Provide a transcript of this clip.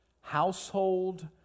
Household